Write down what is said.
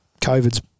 COVID's